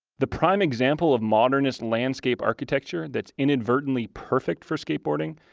the prime example of modernist landscape architecture that's inadvertently perfect for skateboarding,